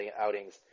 outings